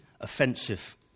offensive